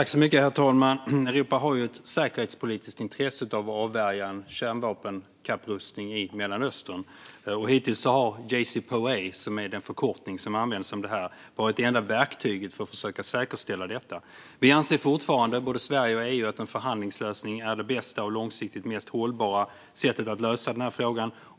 Herr talman! Europa har ett säkerhetspolitiskt intresse av att avvärja en kärnvapenkapprustning i Mellanöstern. Hittills har JCPOA, som är den förkortning som används om det här, varit enda verktyget för att försöka säkerställa detta. Både Sverige och EU anser fortfarande att det bästa och långsiktigt mest hållbara sättet att lösa den här frågan är genom förhandling.